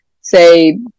say